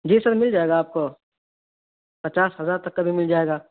جی sir مل جائے گا آپ کو پچاس ہزار تک کا بھی مل جائے گا